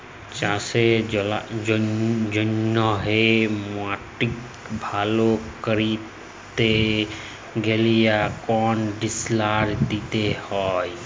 চাষের জ্যনহে মাটিক ভাল ক্যরতে গ্যালে কনডিসলার দিতে হয়